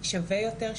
שווה יותר,